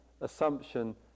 assumption